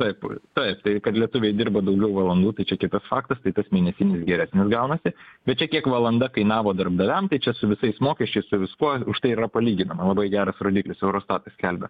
taip taip tai kad lietuviai dirba daugiau valandų tai čia kitas faktas tai tas mėnesinis geresnis gaunasi bet čia kiek valanda kainavo darbdaviam tai čia su visais mokesčiais su viskuo už tai ir yra palyginama labai geras rodiklis eurostatas skelbia